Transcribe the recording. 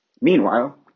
Meanwhile